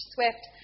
Swift